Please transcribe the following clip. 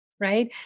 right